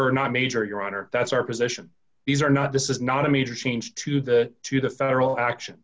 you're not major your honor that's our position these are not this is not a major change to the to the federal action